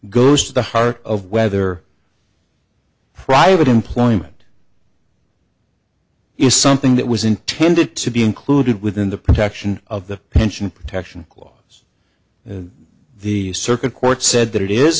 goes to the heart of whether private employment is something that was intended to be included within the protection of the pension protection clause the circuit court said that it is